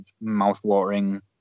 mouth-watering